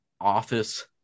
office